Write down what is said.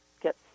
get